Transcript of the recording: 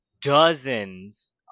dozens